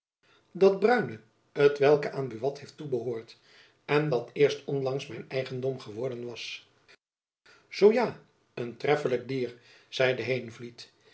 dat bruine t welk aan buat heeft toebehoord en dat eerst onlangs mijn eigendom geworden was zoo ja een treffelijk dier zeide heenvliet